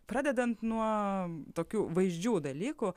pradedant nuo tokių vaizdžių dalykų